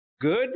good